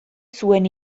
zuen